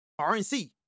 RNC